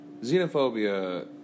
Xenophobia